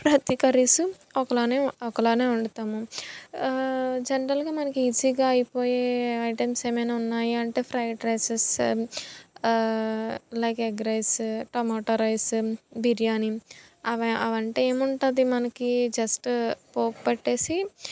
ప్రతి కర్రీసు ఒకేలాగా ఒకేలాగా వండుతాము జనరల్గా మనకి ఈజీగా అయిపోయే ఐటమ్స్ ఏమన్నా ఉన్నాయి అంటే fried rices like egg rice tomato rice biryani అవి అవి అంటే ఏముంటుంది మనకి జస్ట్ పోపు పెట్టి